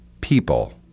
people